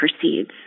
proceeds